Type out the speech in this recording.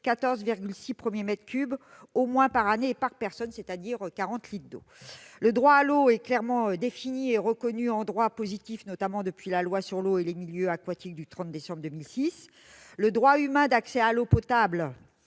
14,6 premiers mètres cubes par année et par personne, soit 40 litres par jour. Le droit à l'eau est clairement défini en droit positif, notamment depuis l'adoption sur la loi sur l'eau et les milieux aquatiques du 30 décembre 2006. Le droit humain d'accès à l'eau potable,